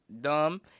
dumb